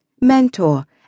mentor